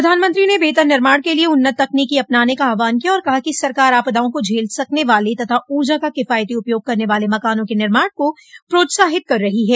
प्रधानमंत्री ने बेहतर निर्माण के लिए उन्नत तकनीक अपनाने का आह्वान किया और कहा कि सरकार आपदाओं को झेल सकने वाले तथा ऊर्जा का किफायती उपयोग करने वाले मकानों के निर्माण को प्रोत्साहित कर रही है